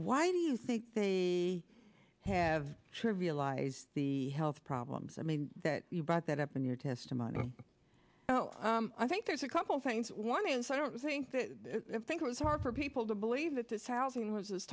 why do you think they have trivialized the health problems i mean that you brought that up in your testimony you know i think there's a couple things one is i don't think that i think it was hard for people to believe that this housing was as